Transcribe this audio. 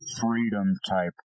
freedom-type